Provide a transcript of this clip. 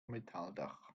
metalldach